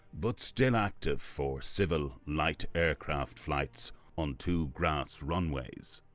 but still active for civil light aircraft flights on two grass runways.